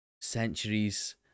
centuries